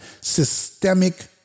systemic